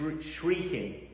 shrieking